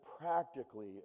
practically